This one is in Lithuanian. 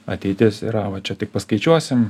ateitis yra va čia tik paskaičiuosim